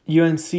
UNC